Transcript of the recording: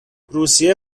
روسیه